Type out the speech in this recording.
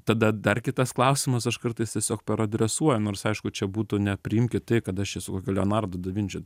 tada dar kitas klausimas aš kartais tiesiog peradresuoju nors aišku čia būtų nepriimkit tai kad aš čia su kokiu leonardu da vinčiu